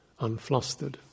unflustered